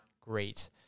great